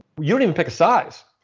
you didn't pick a size.